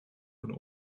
von